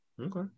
okay